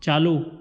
चालू